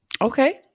Okay